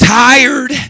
tired